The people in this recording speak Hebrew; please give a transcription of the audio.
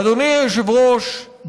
אדוני היושב-ראש,